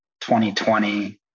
2020